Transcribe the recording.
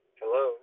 hello